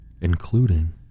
including